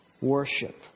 worship